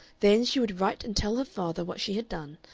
then she would write and tell her father what she had done,